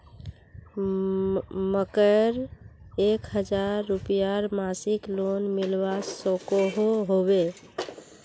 मकईर एक हजार रूपयार मासिक लोन मिलवा सकोहो होबे?